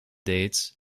dates